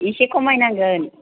एसे खमायनांगोन